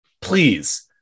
please